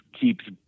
keeps